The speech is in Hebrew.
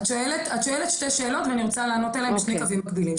את שואלת שתי שאלות ואני רוצה לענות עליהן בשני קווים מגבילים.